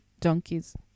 donkeys